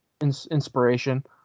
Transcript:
inspiration